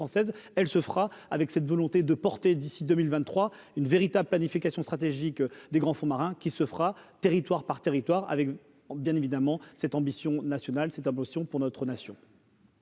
elle se fera avec cette volonté de porter d'ici 2023, une véritable planification stratégique des grands fonds marins qui se fera, territoire par territoire, avec bien évidemment cette ambition nationale cette implosion pour notre nation.